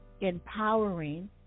empowering